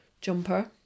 Jumper